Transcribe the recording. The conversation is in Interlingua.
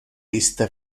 iste